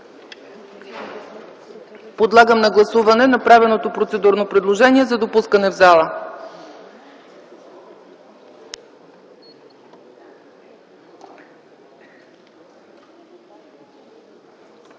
Подлагам на гласуване направеното процедурно предложение за удължаване на